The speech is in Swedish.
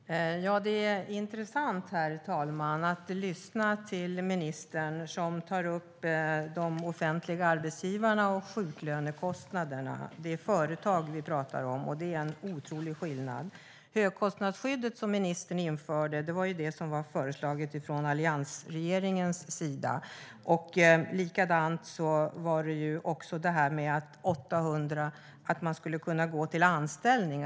Herr talman! Det är intressant att lyssna till ministern. Hon tar upp de offentliga arbetsgivarna och sjuklönekostnaderna. Men det är företag som vi pratar om, och det är en otrolig skillnad. Högkostnadsskyddet som ministern införde hade ju alliansregeringen föreslagit liksom att det skulle bli lättare att övergå till en anställning.